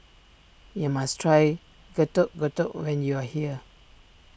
you must try Getuk Getuk when you are here